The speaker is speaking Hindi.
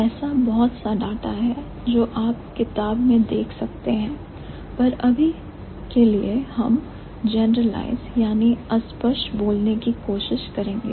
ऐसा बहुत सा डाटा है जो आप किताब में देख सकते हैं पर अभी के लिए हम स्पष्ट करने की कोशिश करेंगे